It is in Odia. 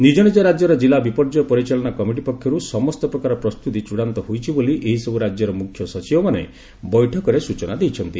ନିଜ ନିଜ ରାଜ୍ୟର ଜିଲ୍ଲା ବିପର୍ଯ୍ୟୟ ପରିଚାଳନା କମିଟି ପକ୍ଷରୁ ସମସ୍ତ ପ୍ରକାର ପ୍ରସ୍ତୁତି ଚଡାନ୍ତ ହୋଇଛି ବୋଲି ଏହିସବୁ ରାଜ୍ୟର ମୁଖ୍ୟ ସଚିବମାନେ ବୈଠକରେ ସ୍ତଚନା ଦେଇଛନ୍ତି